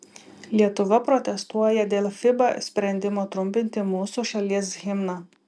lietuva protestuoja dėl fiba sprendimo trumpinti mūsų šalies himną